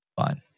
Fine